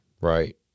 right